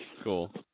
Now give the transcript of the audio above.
Cool